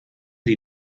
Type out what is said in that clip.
die